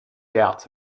doubts